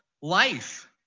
life